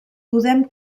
podem